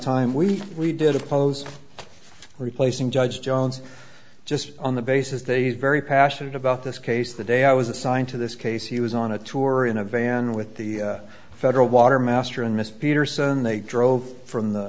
time we we did oppose replacing judge jones just on the basis they very passionate about this case the day i was assigned to this case he was on a tour in a van with the federal water master and miss peterson they drove from the